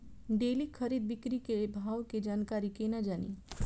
Daily खरीद बिक्री के भाव के जानकारी केना जानी?